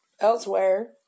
elsewhere